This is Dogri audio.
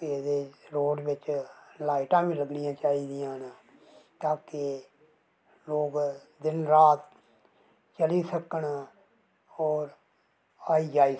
एह्दे रोड़ बिच्च लाईटां बी लगनियां चाही दियां न ताकि लोक दिन रात चली सकन और आई जाई सकन